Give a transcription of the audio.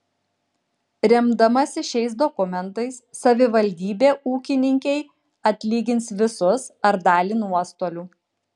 remdamasi šiais dokumentais savivaldybė ūkininkei atlygins visus ar dalį nuostolių